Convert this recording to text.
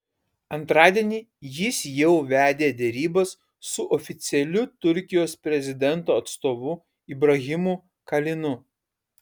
antradienį jis jau vedė derybas su oficialiu turkijos prezidento atstovu ibrahimu kalinu